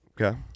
Okay